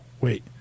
wait